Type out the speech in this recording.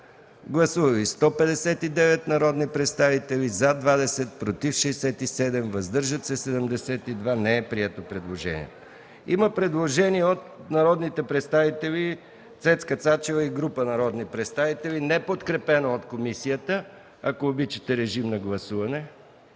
Гласували 159 народни представители: за 20, против 67, въздържали се 72. Предложението не е прието. Има предложение от народния представител Цецка Цачева и група народни представители, неподкрепено от комисията. Ако обичате, режим на гласуване.